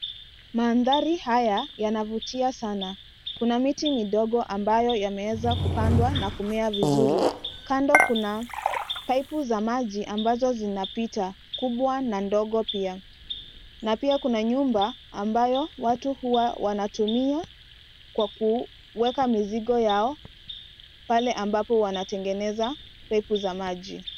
Mandhari haya yanavutia sana. Kuna miti midogo ambayo yameweza kupandewa na yanamea vizuri. Kando kuna paipu za maji ambazo zinapita, kubwa na ndogo pia na pia kuna nyumba ambayo watu huwa wanatumiakwa kuweka mizigo yao pale ambapo wanatengeneza paipu za maji.